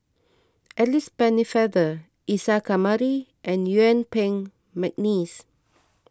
Alice Pennefather Isa Kamari and Yuen Peng McNeice